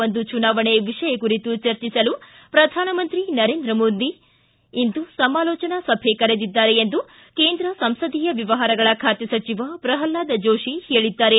ಒಂದು ಚುನಾವಣೆ ವಿಷಯ ಕುರಿತು ಚರ್ಚಿಸಲು ಪ್ರಧಾನಮಂತ್ರಿ ನರೇಂದ್ರ ಮೋದಿ ಇಂದು ಸಮಾಲೋಚನಾ ಸಭ್ ಕರೆದಿದ್ದಾರೆ ಎಂದು ಕೇಂದ್ರ ಸಂಸದೀಯ ವ್ಯವಹಾರಗಳ ಖಾತೆ ಸಚಿವ ಪ್ರಹ್ಲಾದ್ ಜೋಶಿ ಹೇಳಿದ್ದಾರೆ